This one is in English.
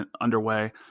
underway